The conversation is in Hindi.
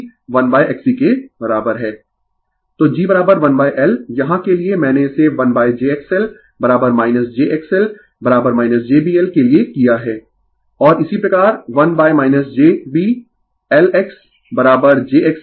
Refer slide Time 2823 तो G 1 L यहाँ के लिए मैंने इसे 1jXL jXL jB L के लिए किया है और इसी प्रकार 1 jB LXjXC न्यूमरेटर और डीनोमिनेटर गुणन j यह सब यह jB C है